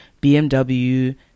BMW